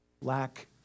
lack